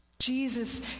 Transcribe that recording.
Jesus